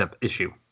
issue